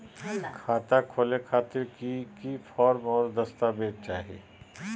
खाता खोले खातिर की की फॉर्म और दस्तावेज चाही?